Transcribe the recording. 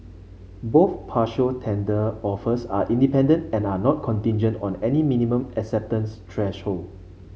both partial tender offers are independent and are not contingent on any minimum acceptance threshold